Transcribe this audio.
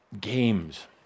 games